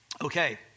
Okay